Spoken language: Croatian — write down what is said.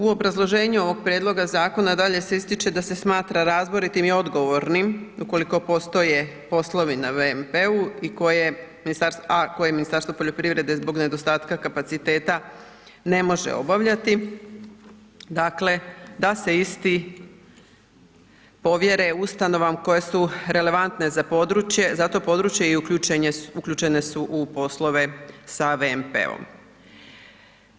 U obrazloženju ovog prijedloga zakona dalje se ističe da se smatra razboritim i odgovornim ukoliko postoje poslovi na VMP-u i koje ministarstvo, a koje Ministarstvo poljoprivrede zbog nedostatka kapaciteta ne može obavljati, dakle da se isti povjere ustanovama koje su relevantne za područje, za to područje i uključene su u poslove sa VMP-om.